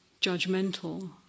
judgmental